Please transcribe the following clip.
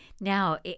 Now